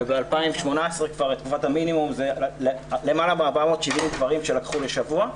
וב-2018 כבר בתקופת המינימום למעלה מ-470 גברים שלקחו שבוע.